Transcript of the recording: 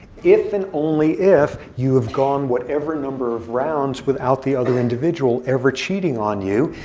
if and only if you have gone whatever number of rounds without the other individual ever cheating on you,